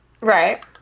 right